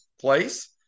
place